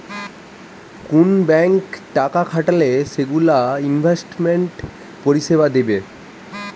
কুন ব্যাংকে টাকা খাটালে সেগুলো ইনভেস্টমেন্ট পরিষেবা দিবে